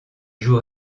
joue